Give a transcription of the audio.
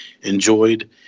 enjoyed